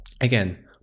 Again